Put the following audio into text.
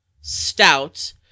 stout